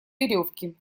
веревки